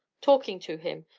talking to him,